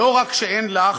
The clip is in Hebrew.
לא רק שאין לך,